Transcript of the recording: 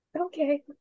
Okay